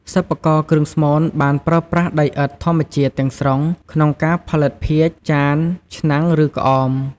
សិប្បករគ្រឿងស្មូនបានប្រើប្រាស់ដីឥដ្ឋធម្មជាតិទាំងស្រុងក្នុងការផលិត ភាជន៍ ចាន ឆ្នាំង ឬក្អម ។